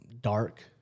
dark